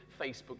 Facebook